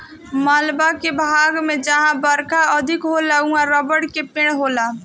मालाबार के भाग में जहां बरखा अधिका होला उहाँ रबड़ के पेड़ होला